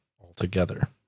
altogether